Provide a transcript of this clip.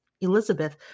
Elizabeth